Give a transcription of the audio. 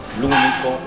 l'unico